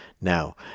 now